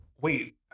wait